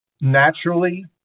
naturally